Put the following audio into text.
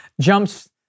jumps